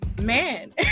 man